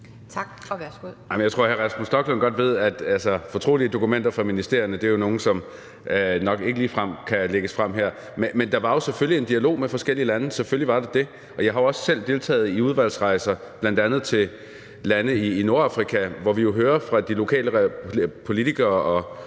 Jeg tror, hr. Rasmus Stoklund godt ved, at fortrolige dokumenter fra ministerierne jo er nogle dokumenter, som nok ikke ligefrem kan lægges frem her. Men der var jo selvfølgelig en dialog med forskellige lande, selvfølgelig var der det. Jeg har også selv deltaget i udvalgsrejser bl.a. til lande i Nordafrika, hvor vi jo hører fra de lokale politikere og